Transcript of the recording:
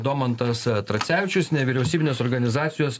domantas tracevičius nevyriausybinės organizacijos